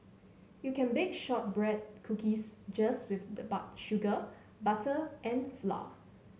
you can bake shortbread cookies just with sugar butter and flour